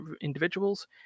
individuals